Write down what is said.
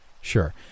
Sure